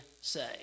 say